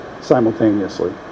simultaneously